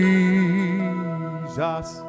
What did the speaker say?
Jesus